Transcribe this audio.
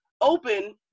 open